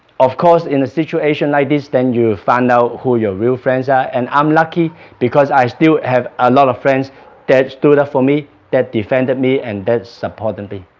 of course in a situation like this then you find out who your real friends are and i'm lucky because i still have a lot of friends that stood up for me, that defended me and that supported and me.